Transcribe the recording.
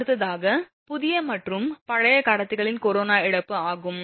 அடுத்ததாக புதிய மற்றும் பழைய கடத்திகளின் கொரோனா இழப்பு ஆகும்